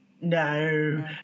No